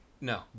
No